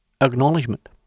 acknowledgement